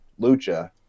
lucha